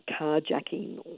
carjacking